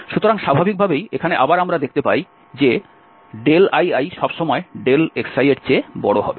সুতরাং স্বাভাবিক ভাবেই এখানে আবার আমরা দেখতে পাই যে liসবসময় xiএর চেয়ে বড় হবে